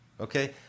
okay